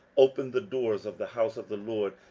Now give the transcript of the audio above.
opened the doors of the house of the lord,